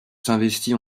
s’investit